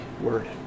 word